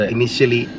Initially